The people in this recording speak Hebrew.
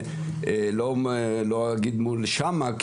לא אגיד מול שאמה,